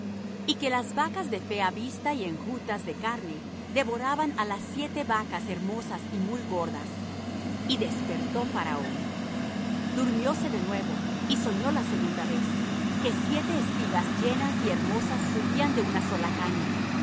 y que las vacas de fea vista y enjutas de carne devoraban á las siete vacas hermosas y muy gordas y despertó faraón durmióse de nuevo y soñó la segunda vez que siete espigas llenas y hermosas subían de una sola caña